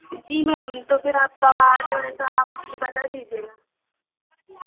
जी ma'am तो फिर आप कब आ रहे हो नहीं तो आप मुझे बता दीजिएगा